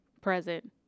present